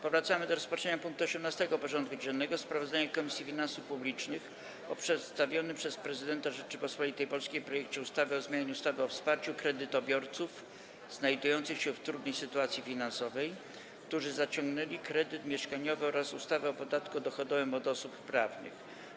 Powracamy do rozpatrzenia punktu 18. porządku dziennego: Sprawozdanie Komisji Finansów Publicznych o przedstawionym przez Prezydenta Rzeczypospolitej Polskiej projekcie ustawy o zmianie ustawy o wsparciu kredytobiorców znajdujących się w trudnej sytuacji finansowej, którzy zaciągnęli kredyt mieszkaniowy oraz ustawy o podatku dochodowym od osób prawnych.